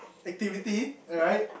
activity alright